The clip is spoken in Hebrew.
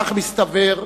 כך, מסתבר,